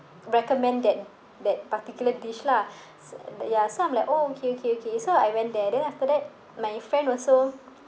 recommended that that particular dish lah s~ ya so I'm like oh okay okay okay so I went there then after that my friend also